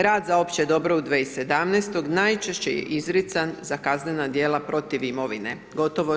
Rad za opće dobro u 2017. najčešće je izrican za kaznena djela protiv imovine, gotovo 40%